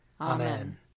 Amen